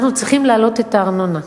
אנחנו צריכים להעלות את הארנונה.